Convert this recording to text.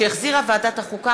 שהחזירה ועדת החוקה,